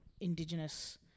Indigenous